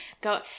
go